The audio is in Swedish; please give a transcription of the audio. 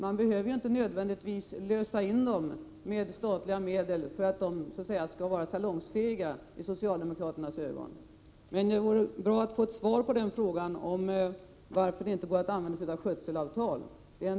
Man behöver inte nödvändigtvis lösa in dem med statliga medel för att de så att säga skall bli salongsfähiga i socialdemokraternas ögon. Det vore bra att få ett svar på frågan varför det inte går att använda skötselavtal.